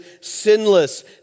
sinless